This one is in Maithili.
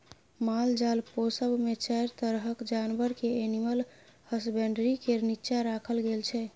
मालजाल पोसब मे चारि तरहक जानबर केँ एनिमल हसबेंडरी केर नीच्चाँ राखल गेल छै